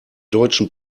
deutschen